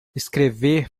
escrever